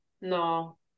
No